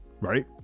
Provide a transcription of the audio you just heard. right